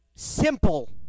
Simple